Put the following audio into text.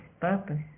purpose